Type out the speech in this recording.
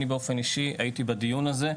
אני באופן אישי הייתי בדיון הזה,